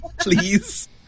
please